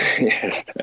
Yes